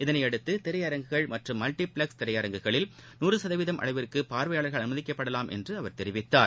இதையடுத்து திரையரங்குகள் மற்றும் மல்டிப்ளெக்ஸ் திரையரங்குகளில் நூறு சதவீதம் அளவிற்குபார்வையாளர்கள் அனுமதிக்கப்படலாம் என்றுதெரிவித்தார்